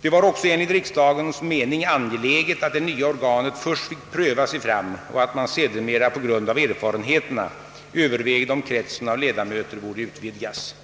Det var också enligt riksdagens mening angeläget att det nya organet först fick pröva sig fram och att man sedermera på grund av erfarenheterna övervägde om kretsen av ledamöter borde utvidgas.